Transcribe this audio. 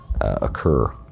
occur